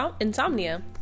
insomnia